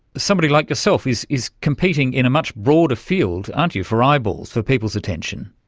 somebody like yourself is is competing in a much broader field, aren't you, for eyeballs, for people's attention.